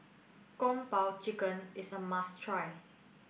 Kung po Chicken is a must try